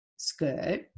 Skirt